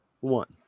one